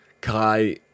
Kai